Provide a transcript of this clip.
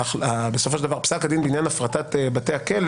בסופו של דבר פסק הדין בעניין הפרטת בתי הכלא